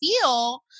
feel